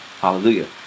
hallelujah